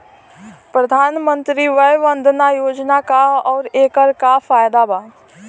प्रधानमंत्री वय वन्दना योजना का ह आउर एकर का फायदा बा?